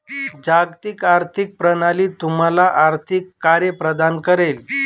जागतिक आर्थिक प्रणाली तुम्हाला आर्थिक कार्ये प्रदान करेल